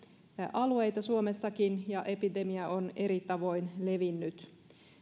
alueita suomessakin ja epidemia on eri tavoin levinnyt